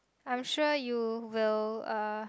I'm sure you will uh